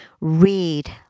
read